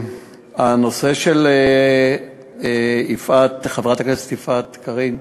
הנושא של חברת הכנסת יפעת קריב: